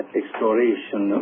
exploration